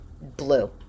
blue